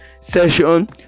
session